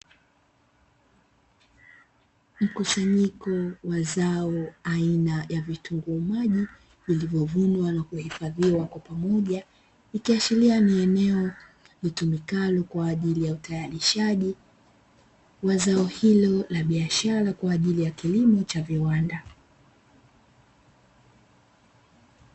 Mkusanyiko wa zao aina ya vitunguu maji vilivyovunwa na kuhifadhiwa kwa pamoja, ikiashiria ni eneo litumikalo kwaajili ya utayarishaji wa zao hilo la biashara kwaajili ya kilimo cha viwanda.